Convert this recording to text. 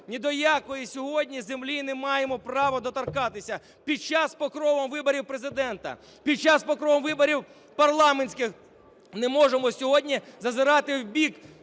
Ні до якої сьогодні землі не маємо права доторкатися, під час, покровом виборів Президента, під час, покровом виборів парламентських. Ми не можемо сьогодні зазирати в бік